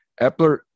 Epler